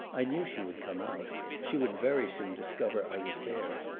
i knew she would come out she would very soon discover i was there.